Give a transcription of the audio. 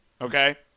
Okay